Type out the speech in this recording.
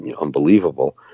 unbelievable